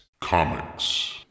Comics